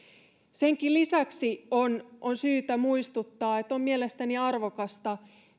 sen lisäksi on on syytä muistuttaa että on mielestäni arvokasta